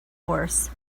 horse